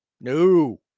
No